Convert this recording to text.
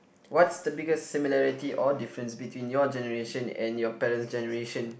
what's the biggest similarity or difference between your generation and your parents' generation